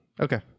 okay